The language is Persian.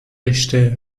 رشته